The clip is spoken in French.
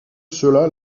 cela